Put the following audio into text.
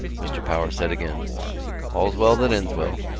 mr. power said again all's well that ends well.